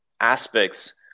aspects